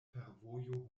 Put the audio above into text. fervojo